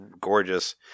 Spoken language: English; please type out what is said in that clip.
gorgeous